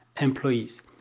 employees